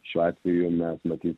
šiuo atveju mes matyt